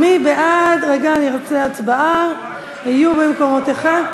הצבעה, היו במקומותיכם.